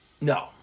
No